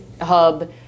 hub